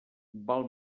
val